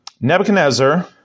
Nebuchadnezzar